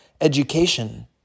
education